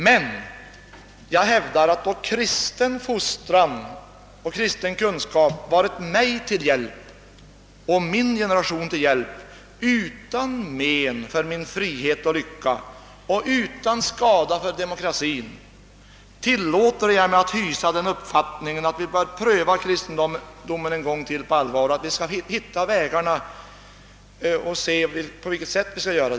Och jag hävdar att kristen fostran och kunskap har varit mig och min generation till hjälp utan men för frihet och lycka och utan skada för demokratin. Därför tillåter jag mig hysa den uppfattningen att vi bör pröva kristendomen på allvar en gång till och att vi skall försöka hitta vägarna på vilket sätt detta skall göras.